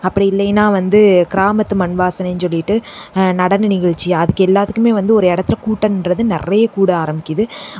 அப்படி இல்லைன்னா வந்து கிராமத்து மண் வாசனைன்னு சொல்லிவிட்டு நடன நிகழ்ச்சி அதுக்கு எல்லாத்துக்குமே வந்து ஒரு இடத்துல கூட்டன்றது நிறைய கூட ஆரம்பிக்குது